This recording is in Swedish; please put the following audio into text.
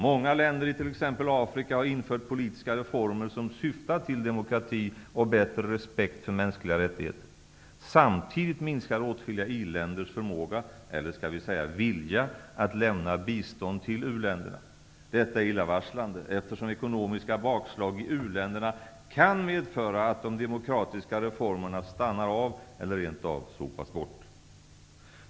Många länder i t.ex. Afrika har infört politiska reformer som syftar till demokrati och bättre respekt för mänskliga rättigheter. Samtidigt minskar åtskilliga i-länders förmåga, eller skall vi säga vilja, att lämna bistånd till u-länderna. Detta är illavarslande, eftersom ekonomiska bakslag i uländerna kan medföra att de demokratiska reformerna stannar av eller rent av sopas bort.